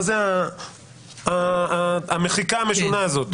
מה זאת המחיקה המשונה הזאת?